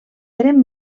eren